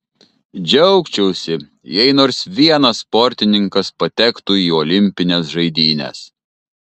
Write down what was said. džiaugčiausi jei nors vienas sportininkas patektų į olimpines žaidynes